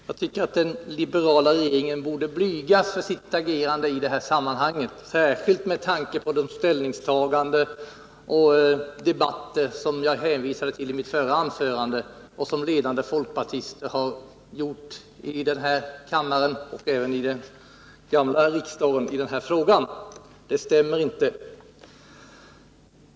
Jag tycker att den liberala regeringen bordeblygas för sitt agerande i det här sammanhanget, särskilt med tanke på det ställningstagande och de debatter som jag hänvisade till i mitt förra anförande, där ledande folkpartister uttalade sig i den här frågan. Det stämmer inte.